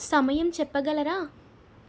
సమయం చెప్పగలరా